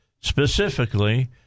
Specifically